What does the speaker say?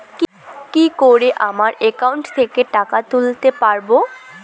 কি করে আমার একাউন্ট থেকে টাকা তুলতে পারব?